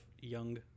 young